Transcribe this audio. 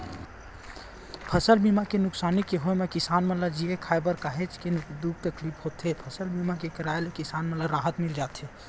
फसल के नुकसानी के होय म किसान मन ल जीए खांए बर काहेच दुख तकलीफ होथे फसल बीमा के कराय ले किसान मन ल राहत मिल जाथे